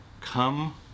Come